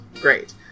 Great